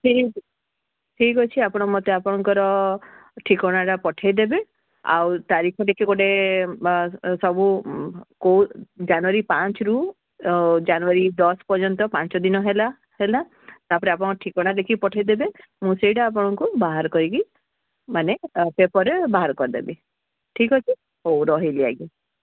ଠିକ୍ ଠିକ୍ ଅଛି ଆପଣ ମୋତେ ଆପଣଙ୍କର ଠିକଣାଟା ପଠାଇଦେବେ ଆଉ ତାରିଖ ଦେଖି ଗୋଟେ ବା ସବୁ କେଉଁ ଜାନୁଆରୀ ପାଞ୍ଚରୁ ଜାନୁଆରୀ ଦଶ ପର୍ଯ୍ୟନ୍ତ ପାଞ୍ଚ ଦିନ ହେଲା ହେଲା ତା'ପରେ ଆପଣ ଠିକଣା ଦେଖି ପଠାଇଦେବେ ମୁଁ ସେଇଟା ଆପଣଙ୍କୁ ବାହାର କରିକି ମାନେ ପେପର୍ରେ ବାହାର କରିଦେବି ଠିକ୍ ଅଛି ହଉ ରହିଲି ଆଜ୍ଞା